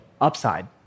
upside